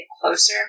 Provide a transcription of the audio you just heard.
closer